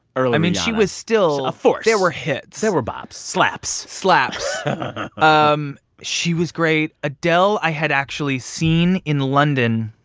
mean, she was still. a force there were hits there were bops, slaps slaps um she was great. adele i had actually seen in london.